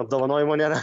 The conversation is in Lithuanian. apdovanojimo nėra